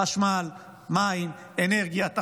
חשמל, מים, אנרגיה, תחבורה,